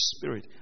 Spirit